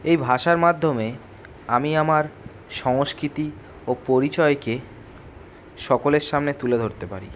এই ভাষার মাধ্যমে আমি আমার সংস্কৃতি ও পরিচয়কে সকলের সামনে তুলে ধরতে পারি